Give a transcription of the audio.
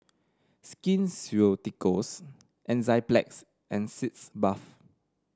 Skin Ceuticals Enzyplex and Sitz Bath